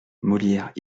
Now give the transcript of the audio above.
molière